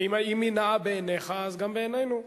אם היא נאה בעיניך אז גם בעינינו.